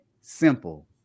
simple